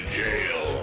jail